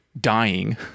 dying